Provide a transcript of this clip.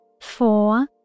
four